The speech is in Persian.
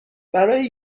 برای